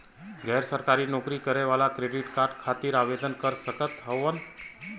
गैर सरकारी नौकरी करें वाला क्रेडिट कार्ड खातिर आवेदन कर सकत हवन?